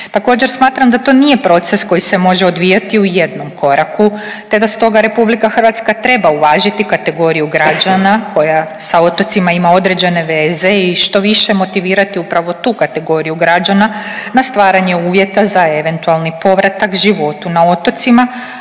Također smatram da to nije proces koji se može odvijati u jednom koraku, te da stoga RH treba uvažiti kategoriju građana koja sa otocima ima određene veze i što više motivirati upravo tu kategoriju građana na stvaranje uvjeta za eventualni povratak životu na otocima,